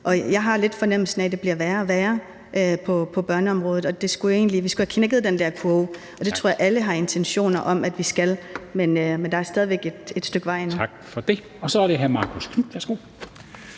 jeg har lidt fornemmelsen af, at det bliver værre og værre på børneområdet. Og vi skulle egentlig have knækket den der kurve, og det tror jeg alle har intentioner om at vi skal, men der er stadig væk et stykke vej endnu. Kl. 19:52 Formanden (Henrik Dam